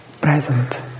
present